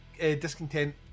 Discontent